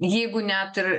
jeigu net ir